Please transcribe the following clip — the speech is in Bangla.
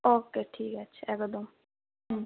ওকে ঠিক আছে একদম হুম